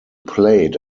played